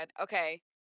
Okay